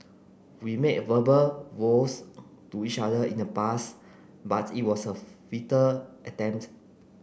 we made verbal vows to each other in the past but it was a attempt